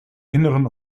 inneren